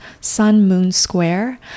sunmoonsquare